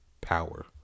power